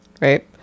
right